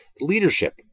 leadership